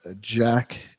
Jack